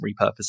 repurposing